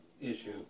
issue